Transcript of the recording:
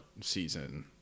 season